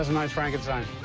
ah nice frankenstein.